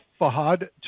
Fahad